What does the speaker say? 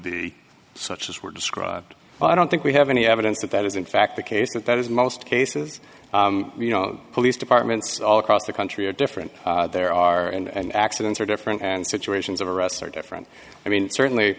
be such as were described i don't think we have any evidence that that is in fact the case but that is most cases you know police departments all across the country are different there are and accidents are different and situations of arrests are different i mean certainly